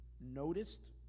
noticed